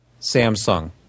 Samsung